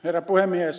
herra puhemies